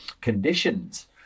conditions